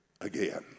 again